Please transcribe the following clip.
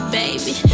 baby